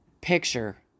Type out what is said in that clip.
picture